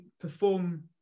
perform